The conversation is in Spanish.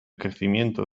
crecimiento